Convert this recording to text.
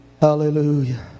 Hallelujah